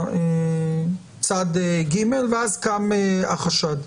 צד ג', ואז קם החשד.